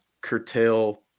curtail